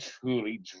truly